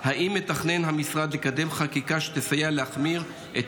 3. האם מתכנן המשרד לקדם חקיקה שתסייע להחמיר את